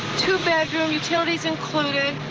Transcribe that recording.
two bedroom, utilities included,